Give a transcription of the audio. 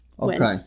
Okay